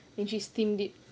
then she steam it